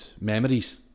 memories